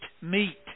meat